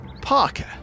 Parker